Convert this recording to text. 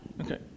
Okay